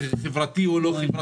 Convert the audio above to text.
זה חברתי או לא חברתי?